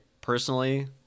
personally